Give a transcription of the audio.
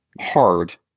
hard